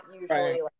usually